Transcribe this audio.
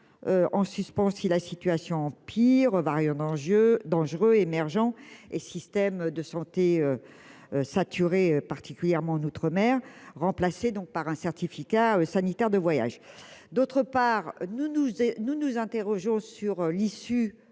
en suspens : si la situation empire variant d'un jeu dangereux émergents et système de santé saturé, particulièrement en outre-mer remplacé donc par un certificat sanitaire de voyage, d'autre part, nous, nous, nous nous interrogeons sur l'issue